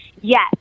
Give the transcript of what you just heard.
Yes